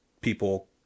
people